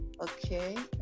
Okay